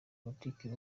politike